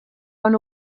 van